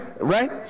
right